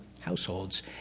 households